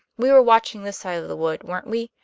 we were watching this side of the wood, weren't we?